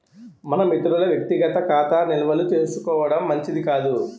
మనం ఇతరుల వ్యక్తిగత ఖాతా నిల్వలు తెలుసుకోవడం మంచిది కాదు